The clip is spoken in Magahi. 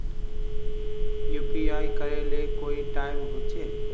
यु.पी.आई करे ले कोई टाइम होचे?